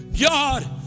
God